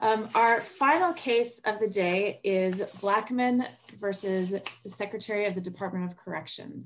our final case every day is black men versus the secretary of the department of correction